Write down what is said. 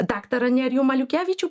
daktarą nerijų maliukevičių